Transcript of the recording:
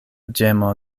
ĝemo